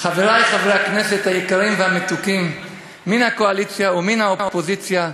חברי חברי הכנסת היקרים והמתוקים מן הקואליציה ומן האופוזיציה,